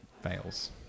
Fails